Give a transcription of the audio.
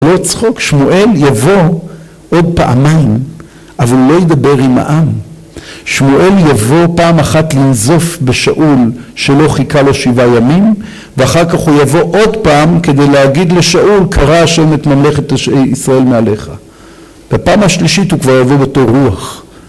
לא צחוק, שמואל יבוא עוד פעמיים, אבל הוא לא ידבר עם העם. שמואל יבוא פעם אחת לנזוף בשאול, שלא חיכה לו שבע ימים, ואחר כך הוא יבוא עוד פעם כדי להגיד לשאול, קרע השם את ממלכת ישראל מעליך. בפעם השלישית הוא כבר יבוא בתור רוח.